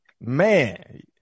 Man